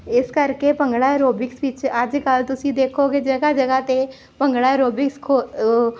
ਇਸ ਕਰਕੇ ਭੰਗੜਾ ਐਰੋਬਿਕਸ ਵਿੱਚ ਅੱਜ ਕੱਲ੍ਹ ਤੁਸੀਂ ਦੇਖੋਗੇ ਜਗ੍ਹਾ ਜਗ੍ਹਾ 'ਤੇ ਭੰਗੜਾ ਐਰੋਬਿਕਸ ਖੋ ਉਹ